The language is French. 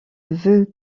veut